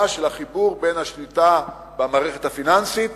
של החיבור בין השליטה במערכת הפיננסית